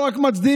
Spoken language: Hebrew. ולא רק מצדיעים,